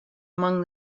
among